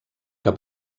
que